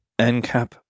NCAP